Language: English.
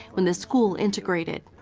when the school integrated.